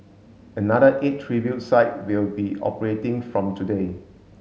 another eight tribute site will be operating from today